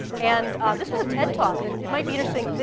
and this was a ted talk. it might be interesting.